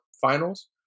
finals